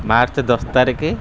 March ଦଶ ତାରିକି